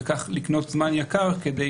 וכך לקנות זמן יקר כדי